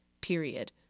period